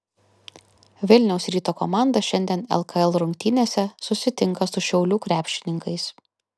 vilniaus ryto komanda šiandien lkl rungtynėse susitinka su šiaulių krepšininkais